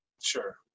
Sure